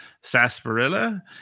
sarsaparilla